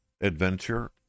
adventure